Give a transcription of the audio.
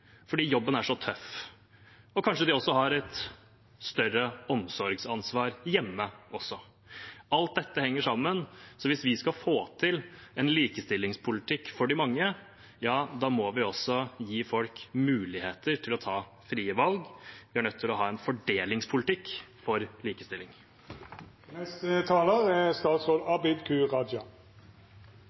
fordi jobben er så tøff – og kanskje har de også et større omsorgsansvar hjemme. Alt dette henger sammen, så hvis vi skal få til en likestillingspolitikk for de mange, må vi også gi folk muligheter til å ta frie valg. Vi er nødt til å ha en fordelingspolitikk for likestilling. I morgen, 21. april, er